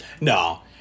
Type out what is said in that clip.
No